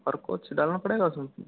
और कुछ डालना पड़ेगा उसमें